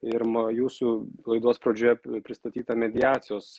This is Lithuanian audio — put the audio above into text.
ir ma jūsų laidos pradžioje pristatytą mediacijos